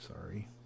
Sorry